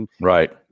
Right